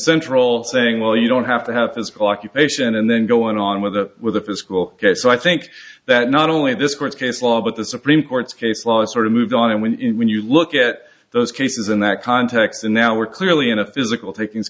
central saying well you don't have to have as occupation and then going on with that with the fiscal so i think that not only this court case law but the supreme court's case law sort of moved on and when when you look at those cases in that context and now we're clearly in a physical takings